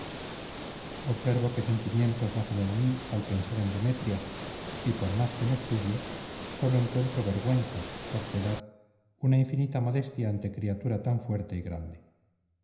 observo qué sentimientos nacen en mí al pensar en demetria y por más que me estudio sólo encuentro vergüenza cortedad una infinita modestia ante criatura tan fuerte y grande